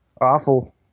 Awful